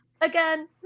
Again